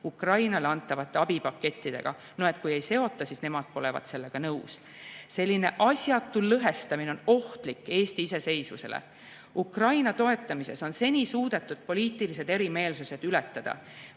Ukrainale antavate abipakettidega, no et kui ei seota, siis nemad polevat sellega nõus. Selline asjatu lõhestamine on ohtlik Eesti iseseisvusele. Ukraina toetamises on seni suudetud poliitilised erimeelsused ületada,